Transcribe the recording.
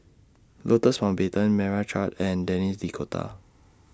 Louis Mountbatten Meira Chand and Denis D'Cotta